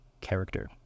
character